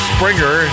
Springer